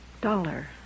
Dollar